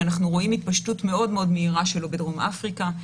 שאנחנו רואים התפשטות מאוד מהירה שלו בדרום אפריקה.